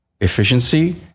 efficiency